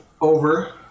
over